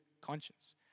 conscience